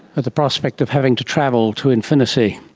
at the prospect of having to travel to infinity.